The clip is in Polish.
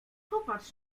popatrz